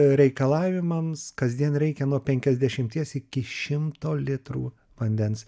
reikalavimams kasdien reikia nuo penkiasdešimties iki šimto litrų vandens